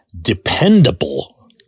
dependable